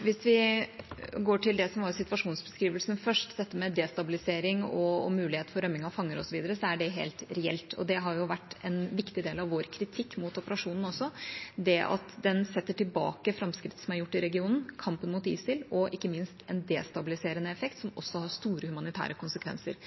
Hvis vi går til det som var situasjonsbeskrivelsen først, dette med destabilisering og mulighet for rømming av fanger, osv., så er det helt reelt. Det har jo også vært en viktig del av vår kritikk mot operasjonen at den setter tilbake framskritt som er gjort i regionen, kampen mot ISIL, og ikke minst at den har en destabiliserende effekt, som også har store humanitære konsekvenser.